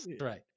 right